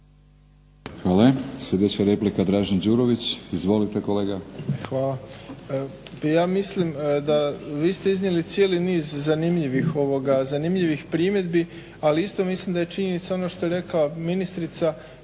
Hvala. Sljedeća replika, Dražen Đurović. Izvolite kolega. **Đurović, Dražen (HDSSB)** Hvala. Ja mislim da vi ste iznijeli cijeli niz zanimljivih primjedbi, ali isto mislim da je činjenica ono što je rekla ministrica,